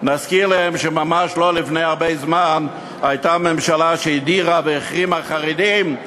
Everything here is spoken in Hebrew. נזכיר להם שממש לא לפני הרבה זמן הייתה ממשלה שהדירה והחרימה חרדים,